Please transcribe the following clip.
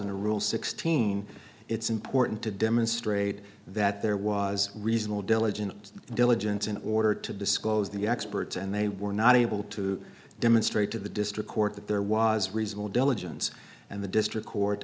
and a rule sixteen it's important to demonstrate that there was reasonable diligent diligence in order to disclose the experts and they were not able to demonstrate to the district court that there was reasonable diligence and the district court